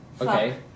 Okay